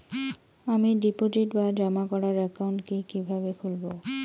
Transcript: আমি ডিপোজিট বা জমা করার একাউন্ট কি কিভাবে খুলবো?